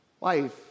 life